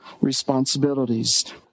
responsibilities